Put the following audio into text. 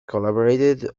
collaborated